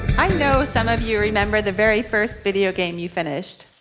i know some of you remember the very first video game you finished.